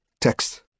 Text